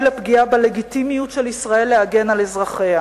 לפגיעה בלגיטימיות של ישראל להגן על אזרחיה,